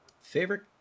Favorite